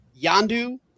Yandu